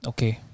Okay